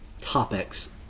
topics